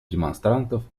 демонстрантов